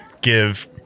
give